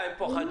על מה אתה מדבר?